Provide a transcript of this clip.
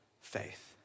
faith